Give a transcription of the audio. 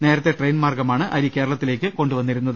നേരത്തെ ട്രെയിൻ മാർഗ്ഗമാണ് അരി കേര ളത്തിലേക്ക് കൊണ്ടുവന്നിരുന്നത്